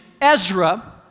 Ezra